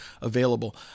available